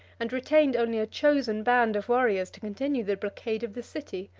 and retained only a chosen band of warriors to continue the blockade of the city.